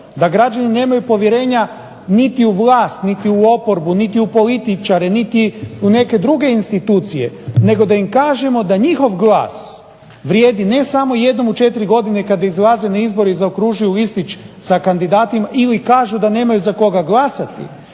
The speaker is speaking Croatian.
da građani nemaju povjerenja niti u vlast, niti u oporbu, niti u političare, niti u neke druge institucije, nego da im kažemo da njihov glas vrijedi ne samo jednom u četiri godine kad izlaze na izbore i zaokružuju listić sa kandidatima, ili kažu da nemaju za koga glasati